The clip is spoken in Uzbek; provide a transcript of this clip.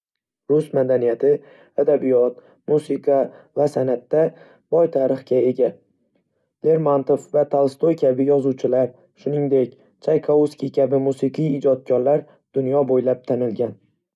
Rus madaniyati, adabiyot, musiqa va san'atda boy tarixga ega. Lermantov va Tolstoy kabi yozuvchilar, shuningdek, Chaikovsky kabi musiqiy ijodkorlar, dunyo bo'ylab tanilgan.